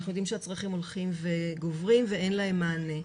אנחנו יודעים שהצרכים הולכים וגוברים ואין להם מענה.